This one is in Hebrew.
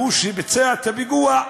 הוא שביצע את הפיגוע.